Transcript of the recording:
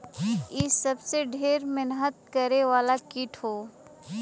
इ सबसे ढेर मेहनत करे वाला कीट हौ